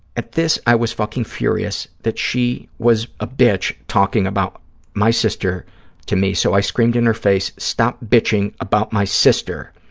at this, i was fucking furious that she was a bitch talking about my sister to me, so i screamed in her face, stop bitching about my sister.